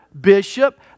bishop